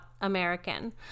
American